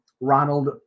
Ronald